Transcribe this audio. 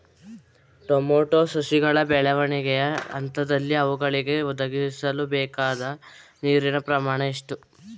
Tomato ಸಸಿಗಳ ಬೆಳವಣಿಗೆಯ ಹಂತದಲ್ಲಿ ಅವುಗಳಿಗೆ ಒದಗಿಸಲುಬೇಕಾದ ನೀರಿನ ಪ್ರಮಾಣ ಎಷ್ಟು?